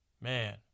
Man